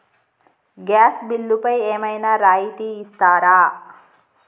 Gas బిల్లుపై ఏమైనా రాయితీ ఇస్తారా?